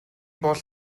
бол